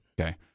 Okay